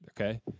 okay